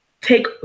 take